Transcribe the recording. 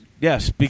yes